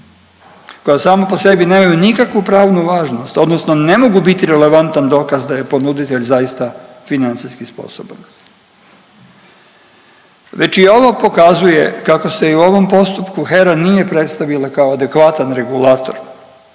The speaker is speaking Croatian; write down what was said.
koja sama po sebi nemaju nikakvu pravnu važnost odnosno ne mogu biti relevantan dokaz da je ponuditelj zaista financijski sposoban. Već i ovo pokazuje kako se i u ovom postupku HERA nije predstavila kao adekvatan regulator.